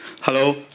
Hello